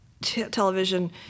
television